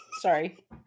Sorry